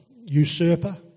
usurper